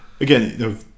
Again